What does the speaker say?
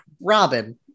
Robin